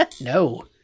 No